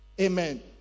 amen